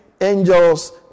angels